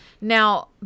Now